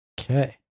Okay